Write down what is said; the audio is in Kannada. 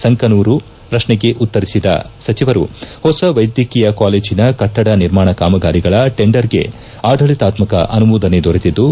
ಸಂಕನೂರು ಪ್ರಶ್ನೆಗೆ ಉತ್ತರಿಸಿದ ಸಚಿವರು ಹೊಸ ವೈದ್ಯಕೀಯ ಕಾಲೇಜಿನ ಕಟ್ಟಡ ನಿರ್ಮಾಣ ಕಾಮಗಾರಿಗಳ ಟೆಂಡರ್ಗೆ ಆಡಳಿತಾತ್ಕ ಅನುಮೋದನೆ ದೊರೆತಿದ್ದು